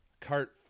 cart